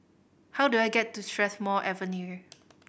how do I get to Strathmore Avenue